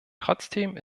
trotzdem